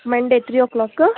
ಮಂಡೆ three ಓ ಕ್ಲಾಕಿಗಾ